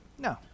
No